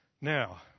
Now